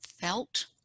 felt